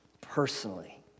personally